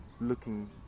looking